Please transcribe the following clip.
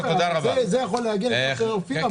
זה יכול להגיע למה שאופיר אמר,